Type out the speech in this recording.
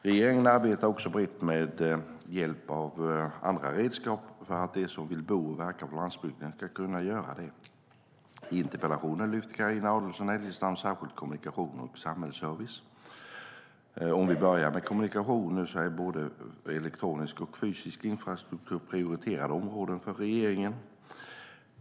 Regeringen arbetar också brett med hjälp av andra redskap för att den som vill bo och verka på landsbygden ska kunna göra det. I interpellationen lyfter Carina Adolfsson Elgestam särskilt upp kommunikationer och samhällsservice. Om vi börjar med kommunikationer så är både elektronisk och fysisk infrastruktur prioriterade områden för regeringen.